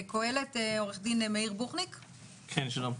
עורך דין מאיר בוחניק מקהלת, שלום.